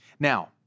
Now